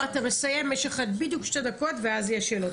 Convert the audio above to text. אתה מסיים, יש לך בדיוק שתי דקות ואז יהיו שאלות.